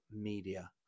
media